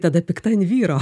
tada pikta ant vyro